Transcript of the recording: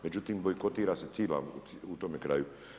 Međutim, bojkotira se cijela u tome kraju.